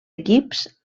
equips